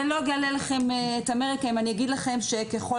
ולא אגלה לכם את אמריקה שאני אגיד לכם שככל